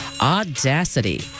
Audacity